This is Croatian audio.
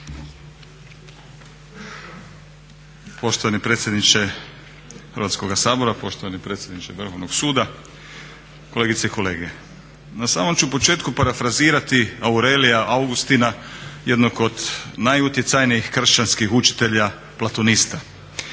Poštovani predsjedniče Hrvatskoga sabora, poštovani predsjedniče Vrhovnog suda, kolegice i kolege. Na samom ću početku parafrazirati Aurelia Augustina, jednog od najutjecajnijih kršćanskih učitelja platonista.